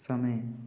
समय